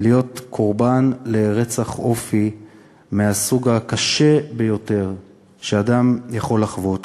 להיות קורבן לרצח אופי מהסוג הקשה ביותר שאדם יכול לחוות,